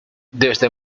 desde